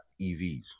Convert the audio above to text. evs